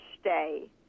stay